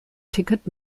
ticket